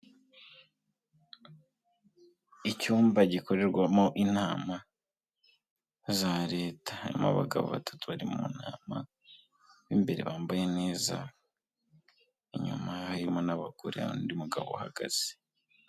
icyumba gikorerwamo inama za leta, haririmo abagabo batatu bari mu nama, b'imbere bambaye neza, inyuma harimo n'abagore hari n'undi mugabo uhagaze.